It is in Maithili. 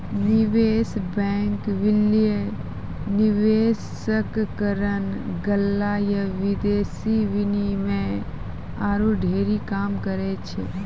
निवेश बैंक, विलय, विनिवेशकरण, गल्ला या विदेशी विनिमय आरु ढेरी काम करै छै